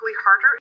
harder